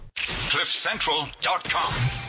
cliffcentral.com